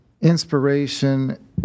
inspiration